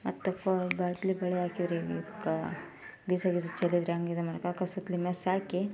ಮತ್ತೆ ಫ ಬಾಟ್ಲಿ ಬೆಳೆ ಆಗಿರಿ ಇದ್ಕೆ ಬೀಜ ಗೀಝ ಚೆಲ್ಲಿದರೆ ಹೆಂಗೆ ಇದ್ಮಾಡೋಕೆ ಅದಕ್ಕೆ ಸುತ್ತಲಿ ಮೆಸ್ ಹಾಕಿ